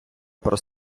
про